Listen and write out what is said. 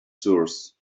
seers